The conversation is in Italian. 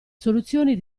soluzioni